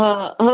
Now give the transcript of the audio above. ହ ହଉ